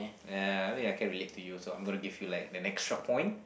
ya I mean I can relate to you so I'm gonna give you like an extra point